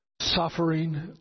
suffering